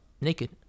naked